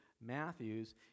Matthew's